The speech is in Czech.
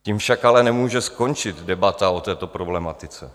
Tím však ale nemůže skončit debata o této problematice.